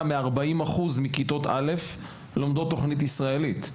מ-40% מכיתות א' לומדות תוכנית ישראלית.